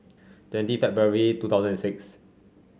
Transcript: twenty February two thousand and six